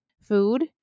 food